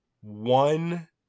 one